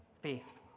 faith